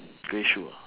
grey shoe